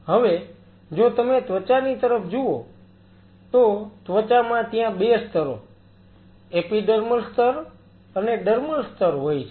હવે જો તમે ત્વચાની તરફ જુઓ તો ત્વચામાં ત્યાં 2 સ્તરો એપીડર્મલ સ્તર અને ડર્મલ સ્તર હોય છે